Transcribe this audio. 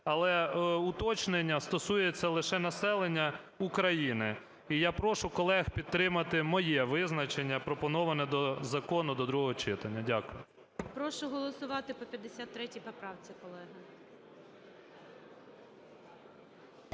Але уточнення стосується лише населення України. І я прошу колег підтримати моє визначення, пропоноване до закону до другого читання. Дякую. ГОЛОВУЮЧИЙ. Прошу голосувати по 53 поправці, колеги.